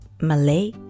Malay